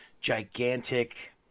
gigantic